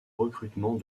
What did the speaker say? recrutement